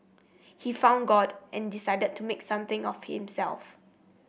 he found God and decided to make something of himself